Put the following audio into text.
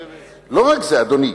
לא רק זה, אדוני.